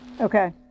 Okay